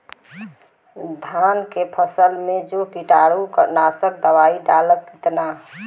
धान के फसल मे जो कीटानु नाशक दवाई डालब कितना?